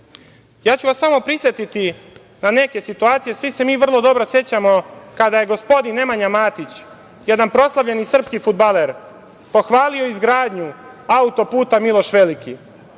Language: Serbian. ću vas samo prisetiti na neke situacije. Svi se mi vrlo dobro sećamo kada je gospodin Nemanja Matić, jedan proslavljeni srpski fudbaler, pohvalio izgradnju autoputa „Miloš Veliki“.